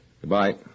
Goodbye